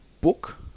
book